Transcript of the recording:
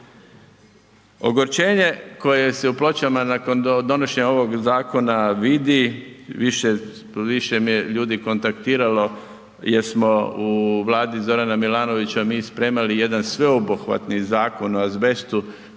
Ogorčenje koje se u Pločama nakon donošenja ovog zakona vidi, više me je ljudi kontaktiralo jer smo u Vladi Zorana Milanovića mi spremali jedan sveobuhvatni Zakon o azbestu